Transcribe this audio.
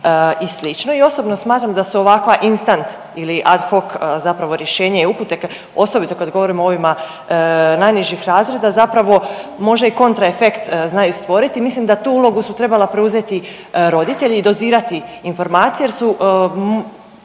I osobno smatram da se ovakva instant ili ad hock zapravo rješenje i upute osobito kada govorimo o ovima najnižih razreda zapravo može i kontraefekt znaju stvoriti. Mislim da tu ulogu su trebali preuzeti roditelji i dozirati informacije jer su